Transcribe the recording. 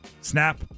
Snap